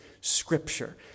scripture